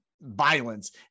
violence